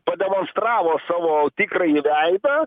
pademonstravo savo tikrąjį veidą